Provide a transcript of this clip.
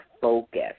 focus